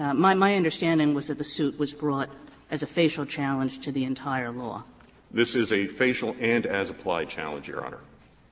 um my my understanding was that the suit was brought as a facial challenge to the entire law. maurer this is a facial and as-applied challenge, your honor.